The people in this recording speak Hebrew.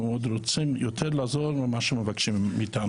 אנחנו עוד רוצים יותר לעזור ממה שמבקשים מאיתנו.